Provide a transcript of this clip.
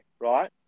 right